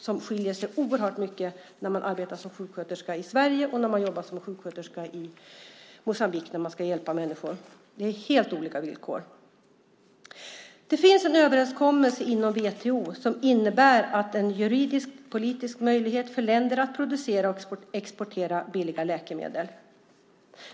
Det gör att det är stor skillnad mellan att som sjuksköterska hjälpa människor i Sverige och att göra det i Moçambique. Det är helt olika villkor. Det finns en överenskommelse inom WTO som innebär en juridisk och politisk möjlighet för länder att producera och exportera billiga läkemedel.